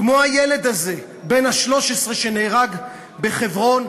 כמו הילד הזה בן ה-13 שנהרג בחברון,